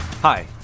Hi